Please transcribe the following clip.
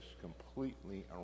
completely